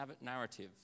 narrative